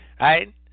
Right